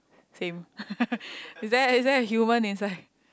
same is there is there a human inside